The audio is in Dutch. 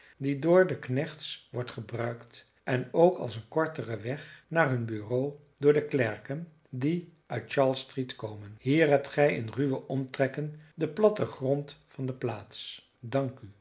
die door de knechts wordt gebruikt en ook als een kortere weg naar hun bureaux door de klerken die uit charles street komen hier hebt gij in ruwe omtrekken den platten grond van de plaats dank u